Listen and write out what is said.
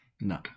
No